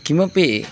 किमपि